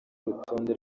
urutonde